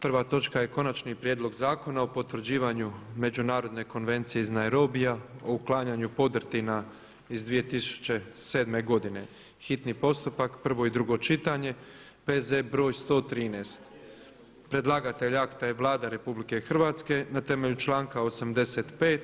Prva točka je - Konačni prijedlog zakona o potvrđivanju Međunarodne konvencije iz Nairobija o uklanjanju podrtina iz 2007. godine, hitni postupak, prvo i drugo čitanje, P.Z. br. 113., Predlagatelj akta je Vlada RH na temelju članka 85.